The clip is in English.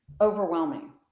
overwhelming